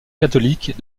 catholiques